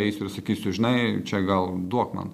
eisiu ir sakysiu žinai čia gal duok man